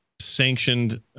sanctioned